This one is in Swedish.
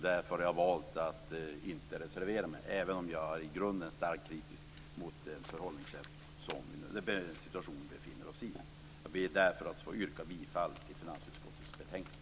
Därför har jag valt att inte reservera mig, även om jag i grunden är starkt kritisk till den situation som vi nu befinner oss i. Mot den bakgrunden ber jag att få yrka bifall till hemställan i finansutskottets betänkande.